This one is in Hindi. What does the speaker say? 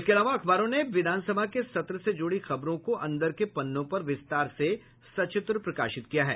इसके अलावा अखबारों ने विधान सभा के सत्र से जुड़ी खबरों को अंदर के पन्नों पर विस्तार से सचित्र प्रकाशित किया है